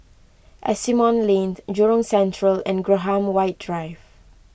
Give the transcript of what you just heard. Asimont Lane Jurong Central and Graham White Drive